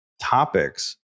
topics